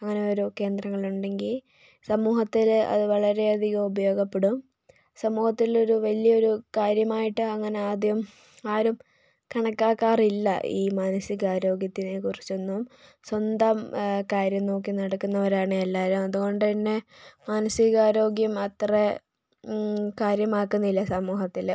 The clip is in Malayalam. അങ്ങനൊരു കേന്ദ്രങ്ങളുണ്ടെങ്കി സമൂഹത്തില് അത് വളരെയാധികം ഉപയോഗപ്പെടും സമൂഹത്തിലൊരു വലിയൊരു കാര്യമായിട്ട് അങ്ങനെ ആദ്യം ആരും കണക്കാക്കാറില്ല ഈ മാനസിക ആരോഗ്യത്തിനെ കുറിച്ചൊന്നും സ്വന്തം കാര്യം നോക്കി നടക്കുന്നവരാണ് എല്ലാരും അതോണ്ടന്നെ മാനസികാരോഗ്യം അത്രെ കാര്യമാക്കുന്നില്ല സമൂഹത്തില്